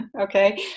Okay